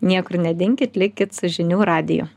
niekur nedinkit likit su žinių radiju